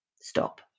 stop